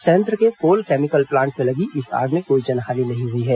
संयंत्र के coal chemical plant में लगी इस आग में कोई जनहानि नहीं हुई है